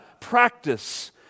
practice